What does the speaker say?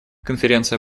конференция